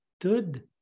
stood